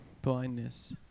blindness